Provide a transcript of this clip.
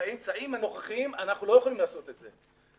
באמצעים הנוכחיים, אנחנו לא יכולים לעשות את זה.